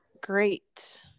great